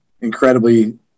incredibly